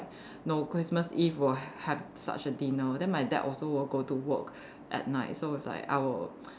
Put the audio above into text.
no Christmas Eve will have such a dinner then my dad also will go to work at night so it's like I will